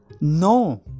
No